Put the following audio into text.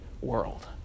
world